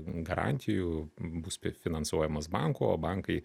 garantijų bus finansuojamas bankų o bankai